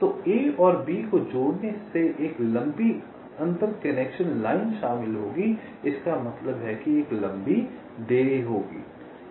तो A और B को जोड़ने से एक लंबी अंतर कनेक्शन लाइन शामिल होगी इसका मतलब है एक लंबी देरी होगी